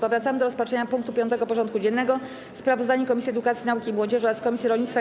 Powracamy do rozpatrzenia punktu 5. porządku dziennego: Sprawozdanie Komisji Edukacji, Nauki i Młodzieży oraz Komisji Rolnictwa i